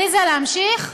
עליזה, להמשיך?